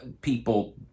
people